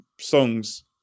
songs